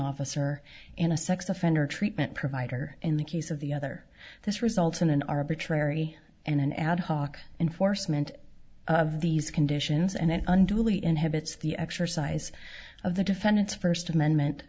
officer in a sex offender treatment provider in the case of the other this result in an arbitrary and an ad hoc enforcement of these conditions and unduly inhibits the exercise of the defendant's first amendment